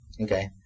okay